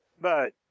But